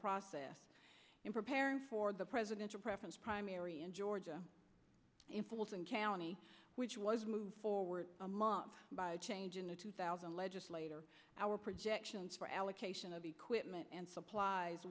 process in preparing for the presidential preference primary in georgia in fulton county which was moved forward a mom change in the two thousand legislator our projections for allocation of equipment and supplies